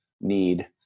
need